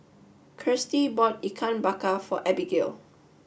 Kirstie bought Ikan Bakar for Abigale